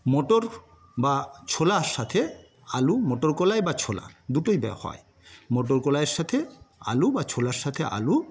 মটর বা ছোলার সাথে আলু মটর কলাই বা ছোলা দুটোই দেওয়া হয় মটর কলাইয়ের সাথে আলু বা ছোলার সাথে আলু